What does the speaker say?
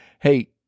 hey